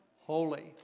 holy